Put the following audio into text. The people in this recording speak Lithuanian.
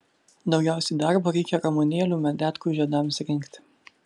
daugiausiai darbo reikia ramunėlių medetkų žiedams rinkti